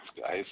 guys